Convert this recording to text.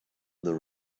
the